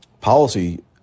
policy